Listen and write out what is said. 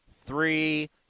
three